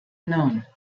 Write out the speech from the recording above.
known